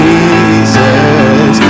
Jesus